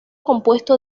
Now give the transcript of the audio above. compuesto